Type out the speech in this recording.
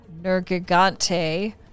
Nergigante